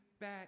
back